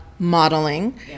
modeling